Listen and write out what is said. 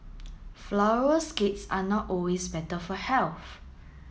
flourless cakes are not always better for health